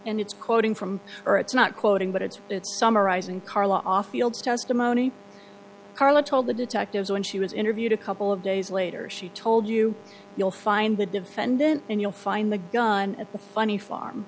and it's quoting from or it's not quoting but it's summarizing karloff fields testimony karla told the detectives when she was interviewed a couple of days later she told you you'll find the defendant and you'll find the gun at the funny farm